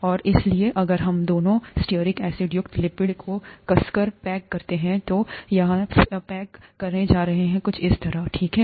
और इसलिए अगर हम दोनों स्टीयरिक एसिड युक्त लिपिड को कसकर पैक करते हैं तो यहसे पैक करने जा रहा है कुछ इस तरह ठीक है